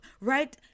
right